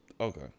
Okay